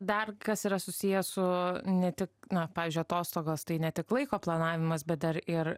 dar kas yra susiję su ne tik na pavyzdžiui atostogos tai ne tik laiko planavimas bet dar ir